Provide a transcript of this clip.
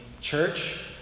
Church